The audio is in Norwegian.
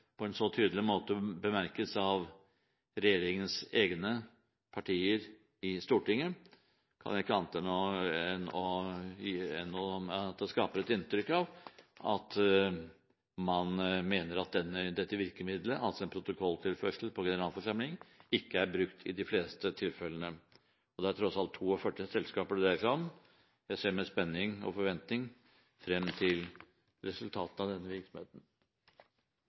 på en så tydelig måte bemerkes av regjeringens egne partier på Stortinget, kan jeg ikke annet enn å si at det skaper et inntrykk av at man mener at dette virkemiddelet, altså en protokolltilførsel på generalforsamling, ikke er brukt i de fleste tilfellene. Det er tross alt 42 selskaper det dreier seg om. Jeg ser med spenning og forventning frem til resultatene av denne virksomheten.